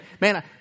man